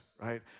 Right